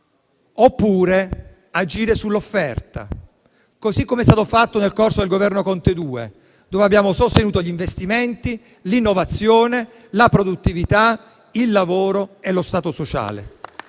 oppure agire sull'offerta, così com'è stato fatto nel corso del Governo Conte II, quando abbiamo sostenuto gli investimenti, l'innovazione, la produttività, il lavoro e lo Stato sociale.